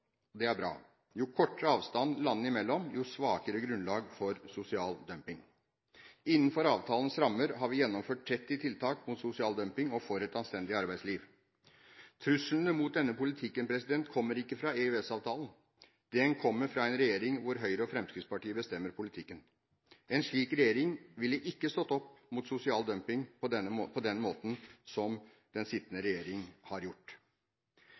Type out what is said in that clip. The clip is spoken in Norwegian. Det er bra. Jo kortere avstand landene imellom, jo svakere grunnlag for sosial dumping. Innenfor avtalens rammer har vi gjennomført 30 tiltak mot sosial dumping og for et anstendig arbeidsliv. Truslene mot denne politikken kommer ikke fra EØS-avtalen. De kommer fra en regjering hvor Høyre og Fremskrittspartiet bestemmer politikken. En slik regjering ville ikke stått opp mot sosial dumping på den måten som den sittende regjering har gjort.